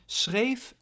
schreef